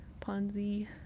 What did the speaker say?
ponzi